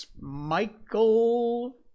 Michael